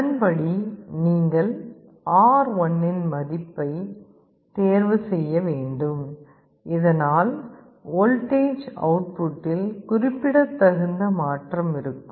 அதன்படி நீங்கள் R1 இன் மதிப்பை தேர்வு செய்ய வேண்டும் இதனால் வோல்டேஜ் அவுட்புட்டில் குறிப்பிடத்தகுந்த மாற்றம் இருக்கும்